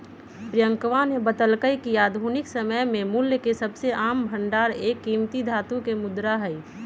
प्रियंकवा ने बतल्ल कय कि आधुनिक समय में मूल्य के सबसे आम भंडार एक कीमती धातु के मुद्रा हई